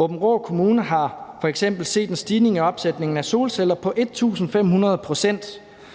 Aabenraa Kommune har f.eks. set en stigning i opsætningen af solceller på 1.500 pct.,